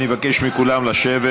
אני מבקש מכולם לשבת.